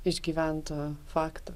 išgyvento fakto